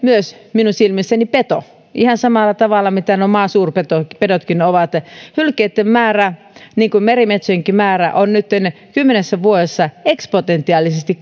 myös minun silmissäni peto ihan samalla tavalla kuin nuo maasuurpedotkin ovat hylkeitten määrä niin kuin merimetsojenkin määrä on nytten kymmenessä vuodessa eksponentiaalisesti